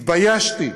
התביישתי.